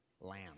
lamb